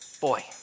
boy